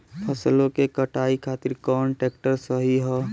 फसलों के कटाई खातिर कौन ट्रैक्टर सही ह?